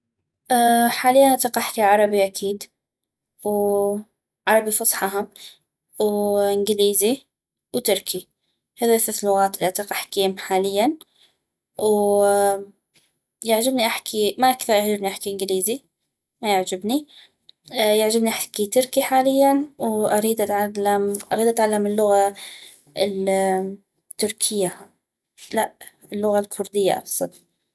حالياً اطيق احكي عربي اكيد وعربي فصحى هم وانكليزي وتركي هذولي الثث لغات الي اطيق احكيهم حالياً ويعجبني احكي ما كثيغ يعجبني احكي انكليزي ما يعجبني يعجبني احكي تركي حالياً واغيد اتعلم اريد اتعلم اللغة التركية لا اللغة الكردية اقصد